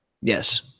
Yes